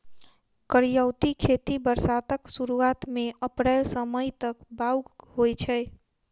करियौती खेती बरसातक सुरुआत मे अप्रैल सँ मई तक बाउग होइ छै